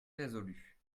résolue